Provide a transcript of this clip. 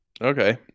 Okay